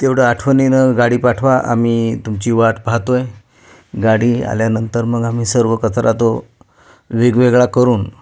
तेवढं आठवणीनं गाडी पाठवा आम्ही तुमची वाट पाहतो आहे गाडी आल्यानंतर मग आम्ही सर्व कचरा तो वेगवेगळा करून